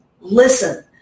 Listen